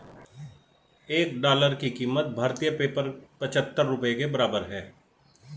एक डॉलर की कीमत भारतीय पेपर पचहत्तर रुपए के बराबर है